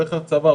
הולך לצבא,